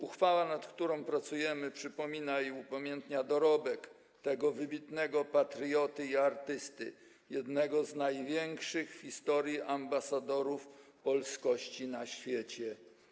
Uchwała, nad którą pracujemy, przypomina i upamiętnia dorobek tego wybitnego patrioty i artysty, jednego z największych w historii ambasadorów polskości na świecie.